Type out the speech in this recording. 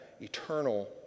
eternal